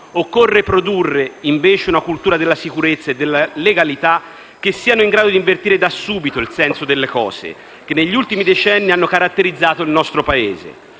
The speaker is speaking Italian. Occorre produrre, invece, una cultura della sicurezza e della legalità che sia in grado di invertire da subito il senso delle cose che negli ultimi decenni hanno caratterizzato il nostro Paese